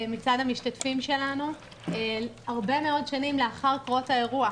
מצד המשתתפים שלנו הרבה מאוד שנים לאחר פרוץ האירוע,